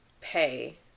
pay